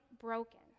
broken